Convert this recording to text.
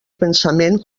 pensament